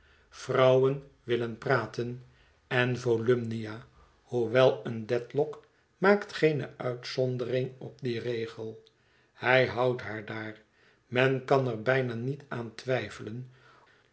vrouwen willen praten en volumnia hoewel een dedlock maakt geene uitzondering op dien regel hij houdt haar daar men kan er bijna niet aan twijfelen